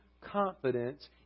confidence